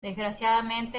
desgraciadamente